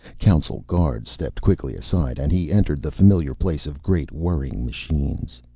council guards stepped quickly aside and he entered the familiar place of great whirring machines.